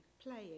playing